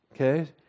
Okay